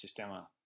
Sistema